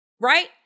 right